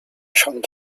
chong